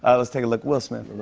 ah let's take a look. will smith.